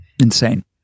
Insane